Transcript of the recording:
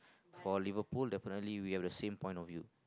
for Liverpool definitely we have the same point of view